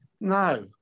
No